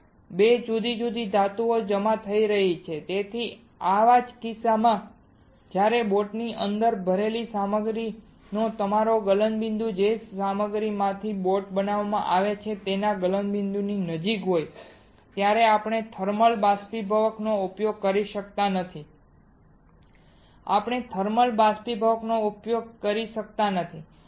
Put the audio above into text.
2 જુદી જુદી ધાતુઓ જમા થઈ રહી છે તેથી જ આવા કિસ્સાઓમાં જ્યાં બોટની અંદર ભરેલી સામગ્રીનો તમારો ગલનબિંદુ જે સામગ્રીમાંથી બોટ બનાવવામાં આવે છે તેના ગલનબિંદુની નજીક હોય ત્યારે આપણે થર્મલ બાષ્પીભવક નો ઉપયોગ કરી શકતા નથી આપણે થર્મલ બાષ્પીભવકનો ઉપયોગ કરી શકતા નથી